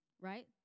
right